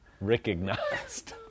Recognized